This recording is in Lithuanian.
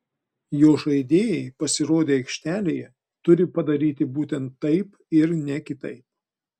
jo žaidėjai pasirodę aikštėje turi padaryti būtent taip ir ne kitaip